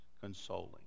consoling